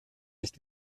nicht